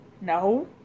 No